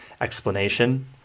Explanation